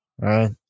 Right